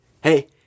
hey